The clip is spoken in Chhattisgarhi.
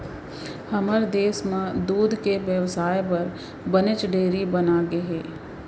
हमर देस म दूद के बेवसाय बर बनेच डेयरी बनगे हे